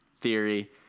theory